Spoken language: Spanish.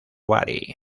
bari